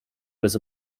was